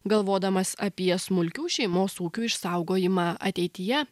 galvodamas apie smulkių šeimos ūkių išsaugojimą ateityje